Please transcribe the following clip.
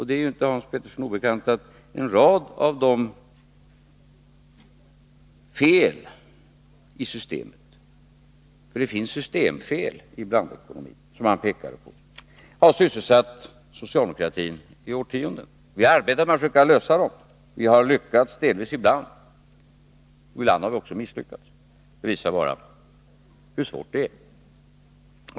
Det är ju inte Hans Petersson obekant att en rad av de fel som finns i systemet — för det finns systemfel i blandekonomin, som han pekade på — har sysselsatt socialdemokratin i årtionden. Vi har arbetat med att försöka avhjälpa dem, vi har ibland delvis lyckats, och ibland har vi också misslyckats — det visar bara hur svårt det är.